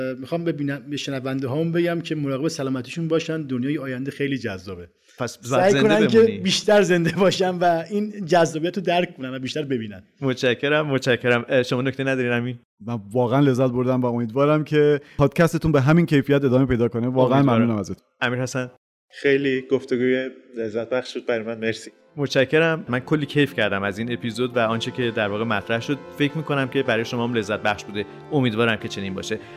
میخوام به بینا- به شنونده هام بگم که مراقب سلامتیشون باشن. دنیای آینده خیلی جذابه. پس زن- سعی زنده کنن که بمونی. بیشتر زنده باشن و این جذابیت رو درک کنن و بیشتر ببینن. متشکرم، متشکرم. اه، شما نکته ندارین امین؟ من واقعاً لذت بردم و امیدوارم که پادکستتون به همین کیفیت ادامه پیدا کنه. واقعاً امیدوارم. ممنونم ازتون. امیر حسن؟ خیلی گفتگوی لذت بخش بود برای من. مرسی. متشکرم. من کلی کیف کردم از این episode و آنچه که در واقع مطرح شد. فکر می‌کنم که برای شما هم لذت بخش بوده. امیدوارم که چنین باشه.